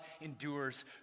endures